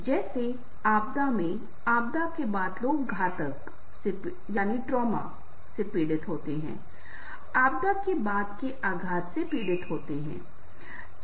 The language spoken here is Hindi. जैसे आपदा में आपदा के बाद लोग आघात से पीड़ित होते हैं आपदा के बाद के आघात से पीड़ित होते है